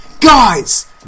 Guys